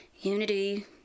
Unity